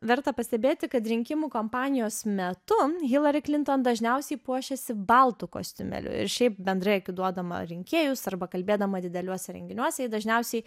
verta pastebėti kad rinkimų kampanijos metu hilari klinton dažniausiai puošiasi baltu kostiumėliu ir šiaip bendrai agituodama rinkėjus arba kalbėdama dideliuose renginiuose ji dažniausiai